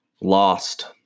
lost